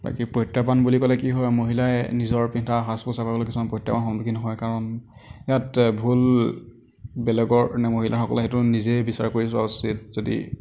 বাকী প্ৰত্যাহ্বান বুলি ক'লে কি হয় মহিলাই নিজৰ পিন্ধা সাজ পোচাকক লৈ কিছুমান প্ৰত্যাহ্বানৰ সন্মুখীন হয় কাৰণ ইয়াত ভুল বেলেগৰ মহিলাসকলে সেইটো নিজে বিচাৰ কৰি চোৱা উচিত যদি